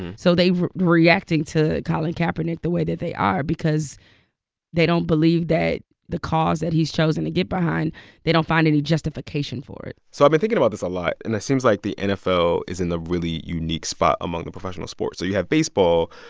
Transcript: so they're reacting to colin kaepernick the way that they are because they don't believe that the cause that he's chosen to get behind they don't find any justification for it so i've been thinking about this a lot. and it seems like the nfl is in the really unique spot among the professional sports. so you have baseball,